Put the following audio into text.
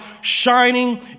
shining